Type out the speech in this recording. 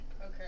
Okay